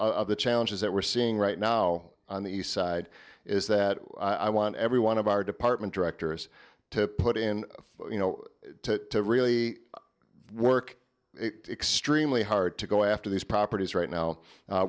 the challenges that we're seeing right now on the east side is that i want every one of our department directors to put in you know to really work extremely hard to go after these properties right now